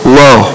low